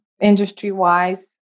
industry-wise